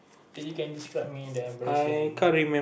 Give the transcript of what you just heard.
dude you can describe me the embarrassing